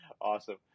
awesome